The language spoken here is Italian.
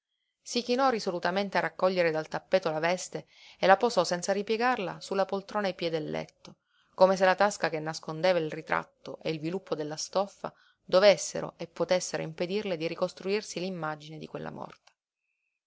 si chinò risolutamente a raccogliere dal tappeto la veste e la posò senza ripiegarla su la poltrona a piè del letto come se la tasca che nascondeva il ritratto e il viluppo della stoffa dovessero e potessero impedirle di ricostruirsi l'immagine di quella morta